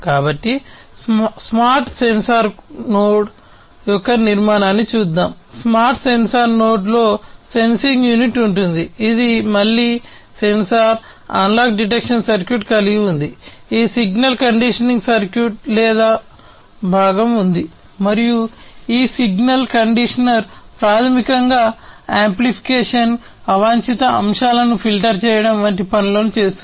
కాబట్టి smart sensor node అవాంఛిత అంశాలను ఫిల్టర్ చేయడం వంటి పనులను చేస్తుంది